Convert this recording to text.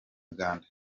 uganda